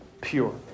pure